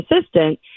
assistant